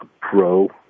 pro-